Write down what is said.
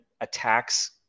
attacks